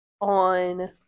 on